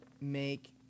make